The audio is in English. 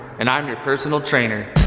and i'm your personal trainer.